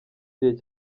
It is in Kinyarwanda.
gihe